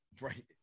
right